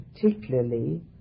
particularly